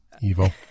Evil